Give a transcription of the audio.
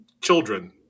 children